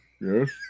Yes